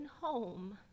home